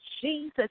Jesus